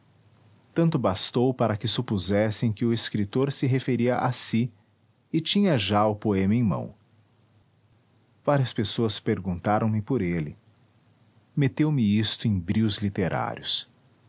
tanto bastou para que supusessem que o escritor se referia a si e tinha já o poema em mão várias pessoas perguntaram me por ele meteu me isto em brios literários